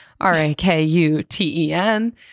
R-A-K-U-T-E-N